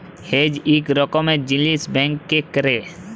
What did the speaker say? hedge ইক রকমের জিলিস ব্যাংকে ক্যরে